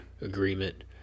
agreement